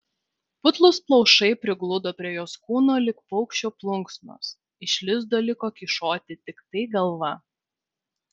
putlūs plaušai prigludo prie jos kūno lyg paukščio plunksnos iš lizdo liko kyšoti tiktai galva